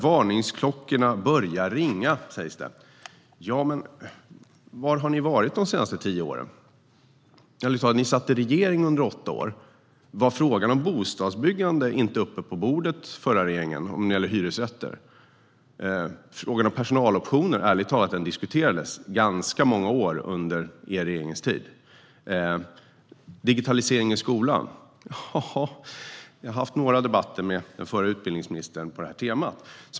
Varningsklockorna börjar ringa, sägs det. Men var har ni varit de senaste tio åren? Ärligt talat: Ni satt i regeringen i åtta år. Var frågan om bostadsbyggande och hyresrätter inte uppe på bordet under den förra regeringen? Frågan om personaloptioner diskuterades ärligt talat ganska många år under er regeringstid. När det gäller digitalisering i skolan har jag haft några debatter med den förra utbildningsministern på detta tema.